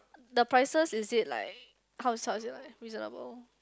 the prices is it like how is how is it like reasonable